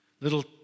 little